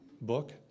book